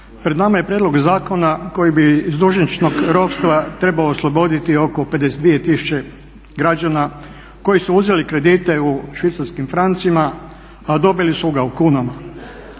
Pred nama je prijedlog zakona koji bi iz dužničkog ropstva trebao osloboditi oko 52000 građana koji su uzeli kredite u švicarskim francima, a dobili su ga u kunama.